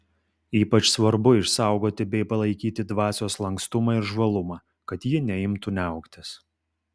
ypač svarbu išsaugoti bei palaikyti dvasios lankstumą ir žvalumą kad ji neimtų niauktis